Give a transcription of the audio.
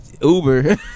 Uber